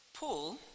Paul